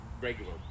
regular